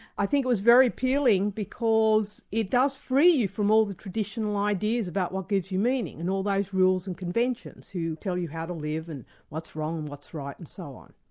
i think it was very appealing because it does free you from all the traditional ideas about what gives you meaning, and all those rules and conventions that tell you how to live and what's wrong and what's right and so on.